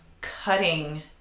cutting